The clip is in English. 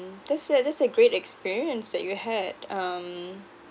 that's a that's a great experience that you had um